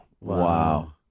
Wow